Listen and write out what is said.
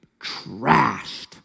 trashed